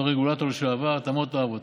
בתור רגולטור לשעבר אתה מאוד תאהב אותו.